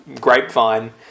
grapevine